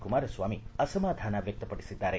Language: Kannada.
ಕುಮಾರಸ್ವಾಮಿ ಅಸಮಾಧಾನ ವ್ಯಕ್ತಪಡಿಸಿದ್ದಾರೆ